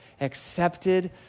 accepted